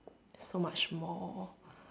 there's so much more